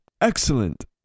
Excellent